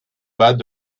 bas